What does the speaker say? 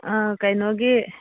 ꯀꯩꯅꯣꯒꯤ